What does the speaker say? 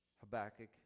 Habakkuk